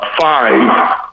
five